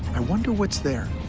i wonder what's there?